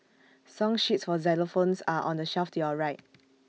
song sheets for xylophones are on the shelf to your right